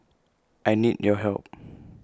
I need your help